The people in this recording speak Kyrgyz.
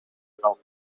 аралык